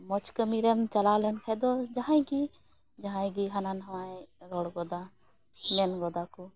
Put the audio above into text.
ᱢᱚᱡᱽ ᱠᱟᱹᱢᱤ ᱨᱮᱢ ᱴᱟᱞᱟᱣ ᱞᱮᱱᱠᱷᱟᱱ ᱫᱚ ᱡᱟᱦᱟᱸᱭ ᱜᱮ ᱡᱟᱦᱟᱸᱭ ᱜᱮ ᱦᱟᱱᱟᱼᱱᱟᱣᱟᱭ ᱨᱚᱲ ᱜᱚᱫᱟ ᱢᱮᱱ ᱜᱚᱫᱟ ᱠᱚ